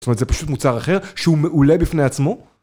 זאת אומרת זה פשוט מוצר אחר שהוא מעולה בפני עצמו?